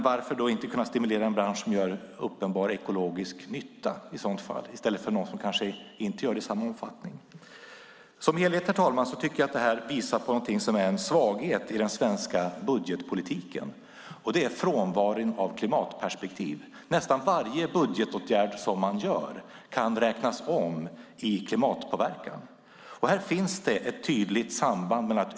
Varför då inte kunna stimulera en bransch som gör uppenbar ekologisk nytta i stället för någon som kanske inte gör det i samma omfattning? Som helhet, herr talman, tycker jag att detta visar på någonting som är en svaghet i den svenska budgetpolitiken - frånvaron av klimatperspektiv. Nästan varje budgetåtgärd man vidtar kan räknas om i klimatpåverkan. Här finns ett tydligt samband.